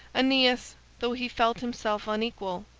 aeneas, though he felt himself unequal,